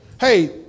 Hey